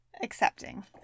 accepting